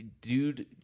dude